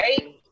Right